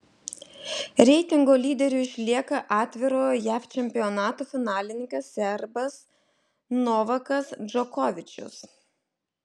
reitingo lyderiu išlieka atvirojo jav čempionato finalininkas serbas novakas džokovičius